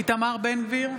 איתמר בן גביר,